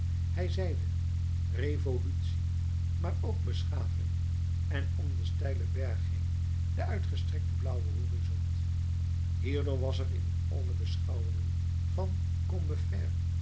hij zeide revolutie maar ook beschaving en om den steilen berg heên de uitgestrekte blauwe horizont hierdoor was er in al de beschouwingen van